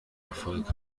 erfolg